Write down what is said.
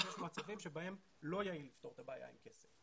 יש מצבים שבהם לא יעיל לפתור את הבעיה עם כסף.